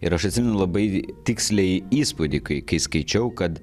ir aš atsimenu labai tiksliai įspūdį kai kai skaičiau kad